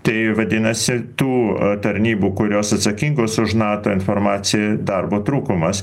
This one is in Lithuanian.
tai vadinasi tų tarnybų kurios atsakingos už nato informaciją darbo trūkumas